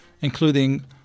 including